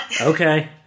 Okay